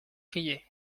crier